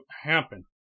happen